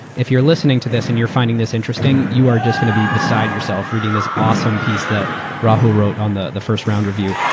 if you're listening to this and you're finding this interesting, you are just going to be beside yourself reading this awesome piece that rahul wrote on the the first round review.